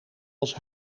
als